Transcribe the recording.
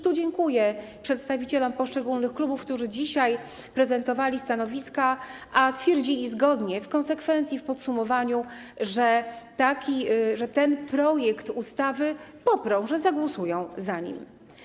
Tu dziękuję przedstawicielom poszczególnych klubów, którzy dzisiaj prezentowali stanowiska, a twierdzili zgodnie w podsumowaniu, że ten projekt ustawy poprą, że zagłosują za nim.